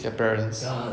is their parents